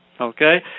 okay